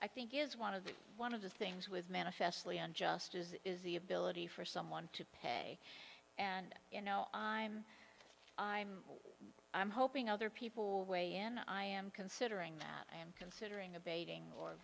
i think is one of the one of the things was manifestly unjust as is the ability for someone to pay and you know i'm i'm i'm hoping other people weigh in i am considering that i am considering abating or